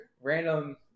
Random